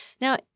Now